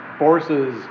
forces